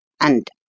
And